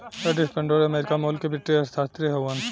Edith Penrose America मूल के British अर्थशास्त्री हउवन